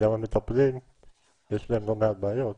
גם המטפלים יש להם המון בעיות.